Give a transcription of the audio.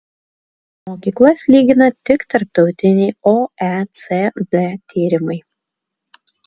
mokyklas lygina tik tarptautiniai oecd tyrimai